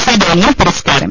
C Daniel പുരസ്കാരം